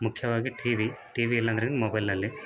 ಮುಖ್ಯವಾಗಿ TV TV ಇಲ್ಲಾಂದರೆ ಮೊಬೈಲ್ನಲ್ಲಿ